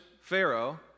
Pharaoh